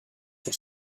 sur